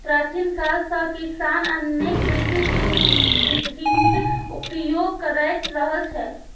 प्राचीन काल सं किसान अनेक कृषि विधिक उपयोग करैत रहल छै